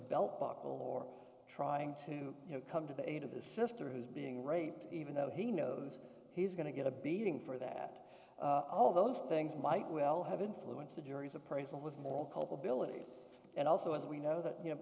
belt buckle or trying to come to the aid of his sister who's being raped even though he knows he's going to get a beating for that all those things might well have influenced the jury's appraisal was moral culpability and also as we know that you know